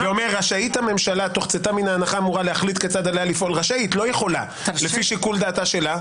אומר: רשאית הממשלה תוך צאתה מההנחה לפי שיקול דעתה שלה?